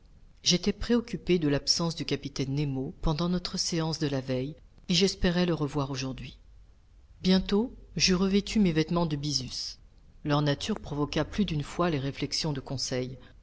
j'étais préoccupé de l'absence du capitaine nemo pendant notre séance de la veille et j'espérais le revoir aujourd'hui bientôt j'eus revêtu mes vêtements de byssus leur nature provoqua plus d'une fois les réflexions de conseil